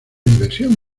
diversión